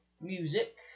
music